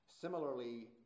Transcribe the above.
similarly